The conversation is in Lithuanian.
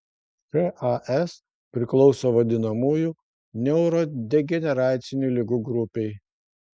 šas priklauso vadinamųjų neurodegeneracinių ligų grupei